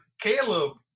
caleb